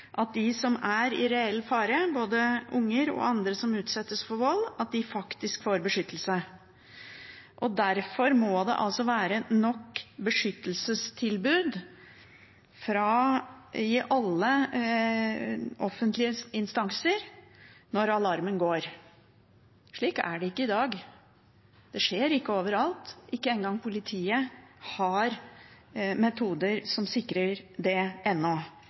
at de som er i reell fare, både unger og andre som utsettes for vold, faktisk får beskyttelse. Derfor må det være nok beskyttelsestilbud i alle offentlige instanser når alarmen går. Slik er det ikke i dag. Det skjer ikke overalt. Ikke engang politiet har metoder som sikrer det,